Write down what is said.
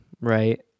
right